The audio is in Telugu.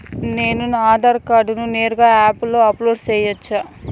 నేను నా ఆధార్ కార్డును నేరుగా యాప్ లో అప్లోడ్ సేయొచ్చా?